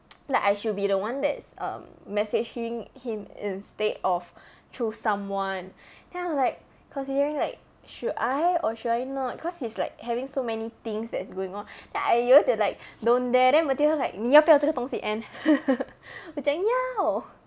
like I should be the one that's um messaging him instead of through someone then I was like considering like should I or should I not cause he's like having so many things that's going on then I 有一点 like don't dare then matilda like 你要不要这东西 end 我讲要